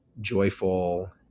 joyful